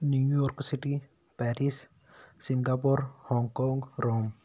New York city Paris Singapore Hong Kong Rome